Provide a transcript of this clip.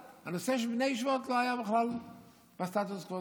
הנושא של בני הישיבות לא היה בכלל בסטטוס קוו,